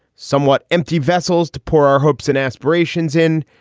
somewhat empty vessels to pour our hopes and aspirations in,